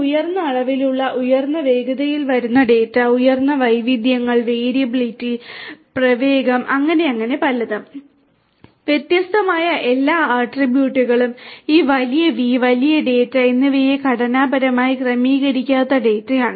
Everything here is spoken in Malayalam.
ഉയർന്ന അളവിലുള്ള ഉയർന്ന വേഗതയിൽ വരുന്ന ഡാറ്റ ഉയർന്ന വൈവിധ്യങ്ങൾ വേരിയബിളിറ്റി പ്രവേഗം അങ്ങനെ അങ്ങനെ പലതും വ്യത്യസ്തമായ എല്ലാ ആട്രിബ്യൂട്ടുകളും ഈ വലിയ V വലിയ ഡാറ്റ എന്നിവയെ ഘടനാപരമായി ക്രമീകരിക്കാത്ത ഡാറ്റയാണ്